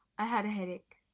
i had a headache.